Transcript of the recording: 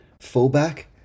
fullback